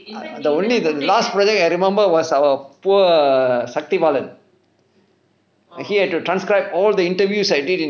the only the last project I remember was our poor sakthi balan he had to transcribe all the interviews I did in